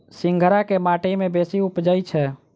सिंघाड़ा केँ माटि मे बेसी उबजई छै?